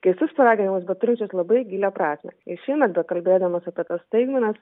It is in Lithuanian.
keistus paraginimus bet turinčius labai gilią prasmę ir šiemet bekalbėdamas apie tas staigmenas